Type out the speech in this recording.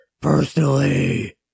Personally